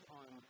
on